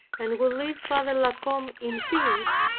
and would leave father la combe in peace,